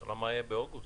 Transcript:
השאלה מה יהיה באוגוסט.